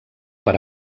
per